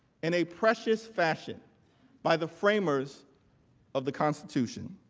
and a precious fashion by the framers of the constitution.